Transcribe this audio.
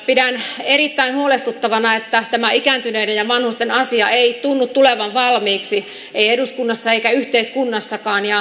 pidän erittäin huolestuttavana että tämä ikääntyneiden ja vanhusten asia ei tunnu tulevan valmiiksi ei eduskunnassa eikä yhteiskunnassakaan